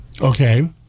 Okay